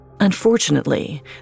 Unfortunately